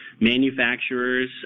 manufacturers